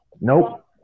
Nope